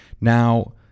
Now